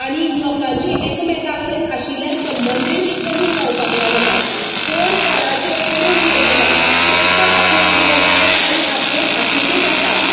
आनी लोकांची एकामेकां कडेन आशिल्ले संबदय बी कमी जावपाक लागल्यात कोण कोणाचें पडून गेल्ले ना फक्त आपलो मोबायल आनी आपूण हातूकूंच आसा